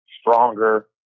stronger